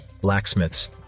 blacksmiths